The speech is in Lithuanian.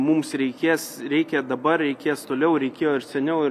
mums reikės reikia dabar reikės toliau reikėjo ir seniau